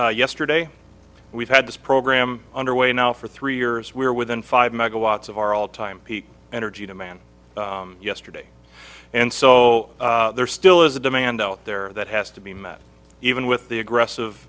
yesterday we've had this program underway now for three years we're within five megawatts of our all time peak energy demand yesterday and so there still is a demand out there that has to be met even with the aggressive